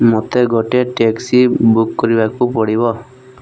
ମୋତେ ଗୋଟେ taxi book କରିବାକୁ ପଡ଼ିବ